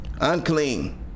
Unclean